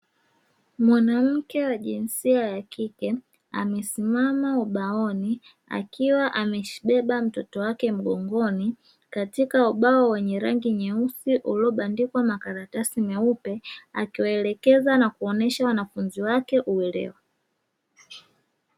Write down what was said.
Mwanamke wa jinsia ya kike amesimama ubaoni, akiwa amembeba mtoto wake mgongoni katika ubao wenye rangi nyeusi uliobandikwa makaratasi myeupe, akiwaelekeza na kuwaonesha wanafunzi wake kwa weledi.